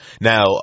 now